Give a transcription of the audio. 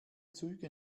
züge